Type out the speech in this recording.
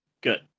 good